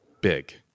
big